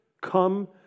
come